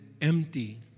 empty